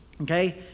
Okay